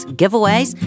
giveaways